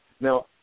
Now